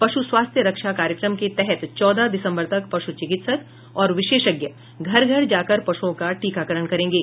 पशु स्वास्थ्य रक्षा कार्यक्रम के तहत चौदह दिसम्बर तक पशु चिकित्सक और विशेषज्ञ घर घर जाकर पशुओं का टीकाकरण करेंगे